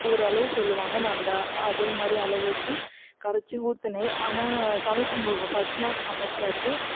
ஒரு அளவு சொல்லுவாங்க நான் அந்த அதே மாதிரி அளவு வெச்சு கரைத்து ஊற்றினேன் ஆனால் சமைத்து மூ ஃபர்ஸ்ட் நாள் சமைச்சாச்சி